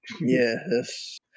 yes